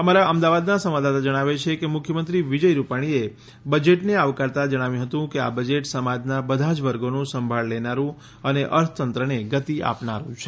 અમારા અમદાવાદના સંવાદદાતા જણાવે છે કે મુખ્યમંત્રી વિજય રૂપાણીએ બજેટને આવકારતા જણાવ્યું હતું કે આ બજેટ સમાજના બધા જ વર્ગોનું સંભાળ લેનારૂ અને અર્થતંત્રને ગતિ આપનારૂં છે